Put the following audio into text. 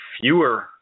fewer